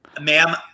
ma'am